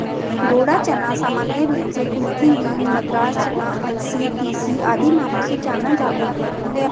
घोड़ा चना सामान्य रूप से कुलथी बीन, मद्रास चना, अलसी, तीसी आदि नामों से जाना जाता है